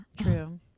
True